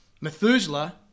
Methuselah